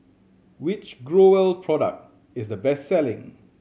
which Growell product is the best selling